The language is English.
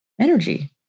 energy